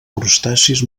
crustacis